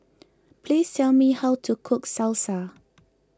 please tell me how to cook Salsa